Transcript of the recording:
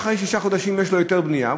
אחרי שישה חודשים יש לו היתר בנייה,